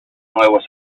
nuevos